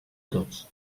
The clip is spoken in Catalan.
tots